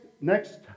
next